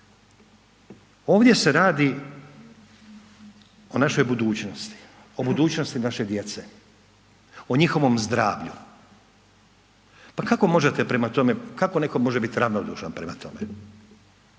Ovdje se radi o našoj budućnosti, o budućnosti naše djece, o njihovom zdravlju. Pa kako možete prema tome, kako neko može biti ravnodušan prema tome?